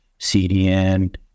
CDN